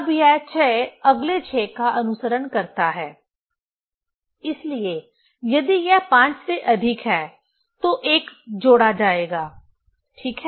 अब यह 6 अगले 6 का अनुसरण करता है इसलिए यदि यह 5 से अधिक है तो 1 जोड़ा जाएगा ठीक है